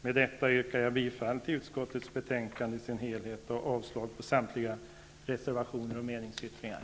Med det anförda yrkar jag bifall till utskottets hemställan i dess helhet och avslag på samtliga reservationer och meningsyttringar.